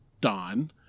Don